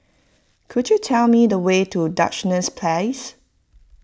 could you tell me the way to Duchess Place